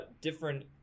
different